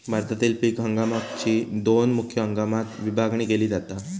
भारतातील पीक हंगामाकची दोन मुख्य हंगामात विभागणी केली जाता